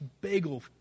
bagel